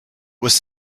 was